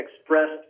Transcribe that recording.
expressed